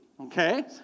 okay